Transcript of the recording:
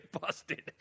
busted